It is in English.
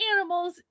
animals